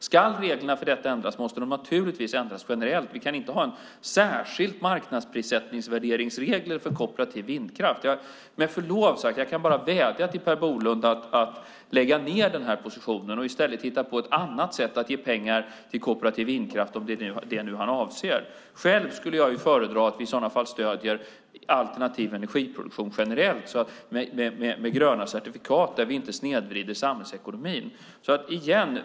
Ska reglerna för detta ändras måste de naturligtvis ändras generellt. Vi kan inte ha särskilda marknadsprissättningsvärderingsregler för kooperativ vindkraft. Med förlov sagt kan jag bara vädja till Per Bolund att lägga ned denna position och i stället hitta på ett annat sätt att ge pengar till kooperativ vindkraft om det är detta som han nu avser. Jag skulle föredra att vi i sådana fall stöder alternativ energiproduktion generellt med gröna certifikat så att vi inte snedvrider samhällsekonomin.